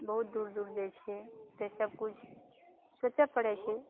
बहुत दूर दूर जाइ छै तऽ सबकिछु सोचऽ पड़ै छै